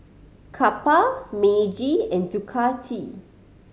Kappa Meiji and Ducati